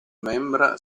membra